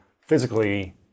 physically